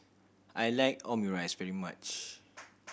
I like Omurice very much